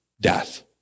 death